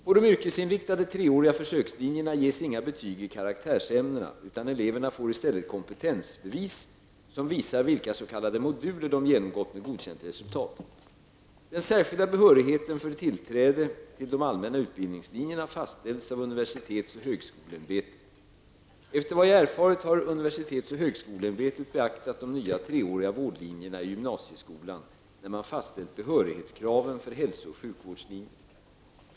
På de yrkesinriktade treåriga försökslinjerna ges inga betyg i karaktärsämnena, utan eleverna får i stället kompetensbevis som visar vilka s.k. moduler de genomgått med godkänt resultat. Den särskilda behörigheten för tillträde till de allmänna utbildningslinjerna fastställs av universitets och högskoleämbetet. Efter vad jag erfarit har UHÄ beaktat de nya treåriga vårdlinjerna i gymnasieskolan när man fastställt behörighetskraven för hälso och sjukvårdslinjen.